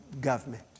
government